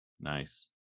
Nice